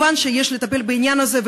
מובן שיש לטפל בעניין הזה,